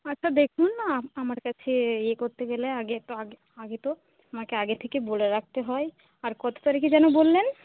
আচ্ছা দেখুন আম আমার কাছে ইয়ে করতে গেলে আগে তো আগে আগে তো আমাকে আগে থেকে বলে রাখতে হয় আর কত তারিখে যেন বললেন